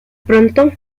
pronto